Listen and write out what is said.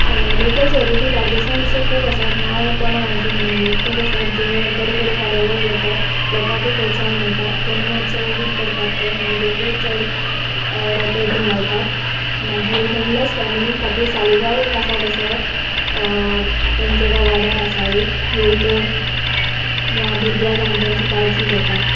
local charity बार्देशांत तशें खुब आसा नांव कोणा कोणाचे म्हणून घेंव खुूब आसात जें बरी बरी कार्यावळ करतात लोकांकय प्रोत्साहन मेळतात वनमोहोत्सव बिन करतात तें लोकूय चड रोपें बिन लायतात मागीर हॉमलस फेमिली खातीर सालीगांव एक आसा तसो तेंचे त्या वाड्यार आसा ते एक जंय तें भुरग्यां जाणट्यांची काळजी घेतात